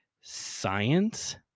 science